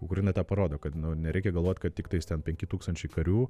ukraina parodo kad nereikia galvot kad tiktais ten penki tūkstančiai karių